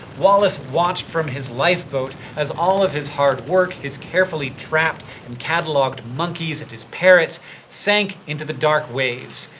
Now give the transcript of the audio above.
wallace watched from his lifeboat as all of his hard work his carefully trapped and cataloged monkeys and his parrots sank into the dark waves.